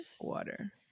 water